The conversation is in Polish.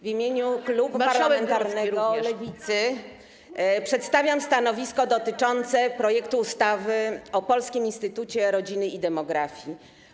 W imieniu klubu parlamentarnego Lewicy przedstawiam stanowisko dotyczące projektu ustawy o Polskim Instytucie Rodziny i Demografii.